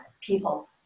people